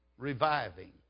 Reviving